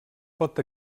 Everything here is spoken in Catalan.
pot